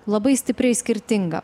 labai stipriai skirtinga